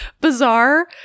bizarre